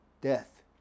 death